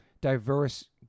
diverse